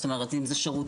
זאת אומרת אם זה שירותים,